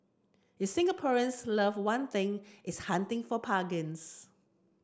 if Singaporeans love one thing it's hunting for